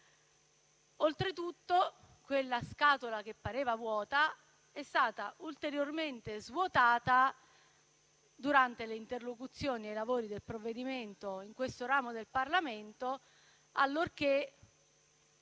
Oltretutto, quella scatola che pareva vuota è stata ulteriormente svuotata durante le interlocuzioni e i lavori sul provvedimento in questo ramo del Parlamento, allorché